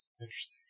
Interesting